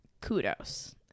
kudos